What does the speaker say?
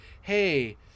hey